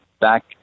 back